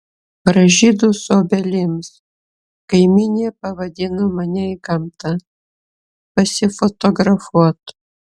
pražydus obelims kaimynė pavadino mane į gamtą pasifotografuot